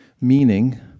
meaning